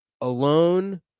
alone